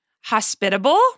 hospitable